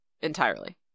entirely